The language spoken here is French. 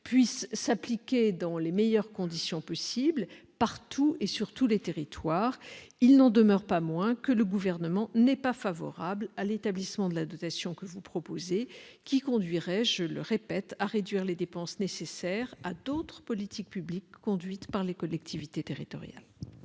de 1978 s'applique dans les meilleures conditions possible partout, dans tous les territoires. Il n'en demeure pas moins que le Gouvernement n'est pas favorable à l'établissement de la dotation ici proposée. Ce dispositif conduirait à réduire les dépenses nécessaires à d'autres politiques publiques menées par les collectivités territoriales.